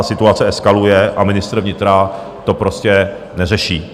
Situace eskaluje a ministr vnitra to prostě neřeší.